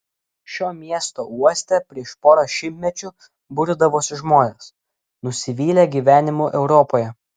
šio miesto uoste prieš porą šimtmečių burdavosi žmonės nusivylę gyvenimu europoje